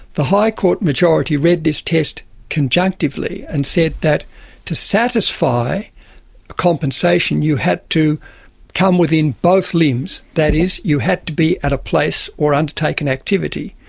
the high court majority read this test conjunctively and said that to satisfy compensation you had to come within both limbs, that is you had to be at a place or undertake an activity,